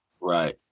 Right